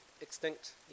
extinct